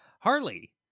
Harley